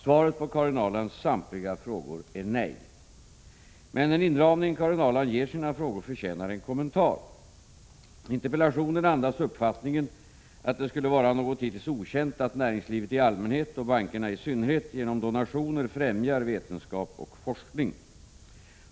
Svaret på Karin Ahrlands samtliga frågor är nej. Men den inramning Karin Ahrland ger sina frågor förtjänar en kommentar. Interpellationen andas uppfattningen att det skulle vara något hittills okänt att näringslivet i allmänhet och bankerna i synnerhet genom donationer främjar vetenskap och forskning.